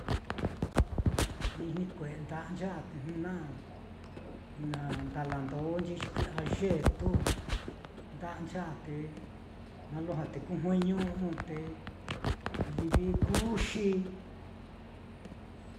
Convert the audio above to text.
Ni jnɨ kue'e nda'ancha te na na ndalandonchi, xi kui'ya yetu nda'ancha'a te lujua te kujueñu'u te kuxi.